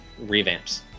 revamps